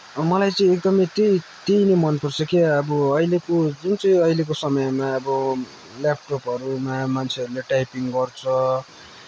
मलाई चाहिँ एकदमै त्यही त्यही नै मनपर्छ के अब अहिलेको जुन चाहिँ अहिलेको समयमा अब ल्यापटपहरूमा मान्छेहरूले टाइपिङ गर्छ